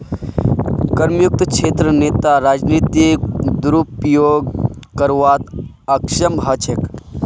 करमुक्त क्षेत्रत नेता राजनीतिक दुरुपयोग करवात अक्षम ह छेक